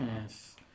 Yes